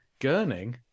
Gurning